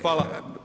Hvala.